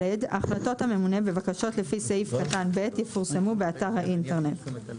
החלטות הממונה בבקשות לפי סעיף קטן (ב) יפורסמו באתר האינטרנט.